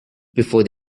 before